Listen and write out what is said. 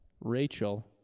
Rachel